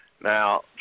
Now